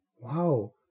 Wow